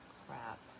crap